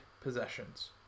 possessions